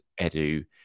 Edu